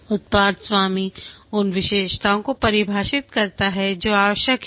उत्पाद स्वामी उन विशेषताओं को परिभाषित करता है जो आवश्यक हैं